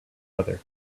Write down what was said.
other